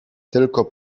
tylko